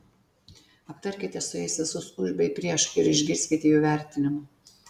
aptarkite su jais visus už bei prieš ir išgirskite jų vertinimą